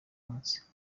munsi